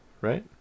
right